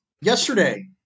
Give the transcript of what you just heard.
Yesterday